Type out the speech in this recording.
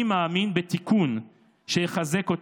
אני מאמין בתיקון שיחזק אותה,